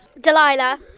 Delilah